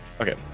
Okay